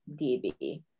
DB